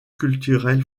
culturel